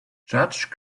judge